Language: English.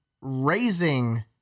raising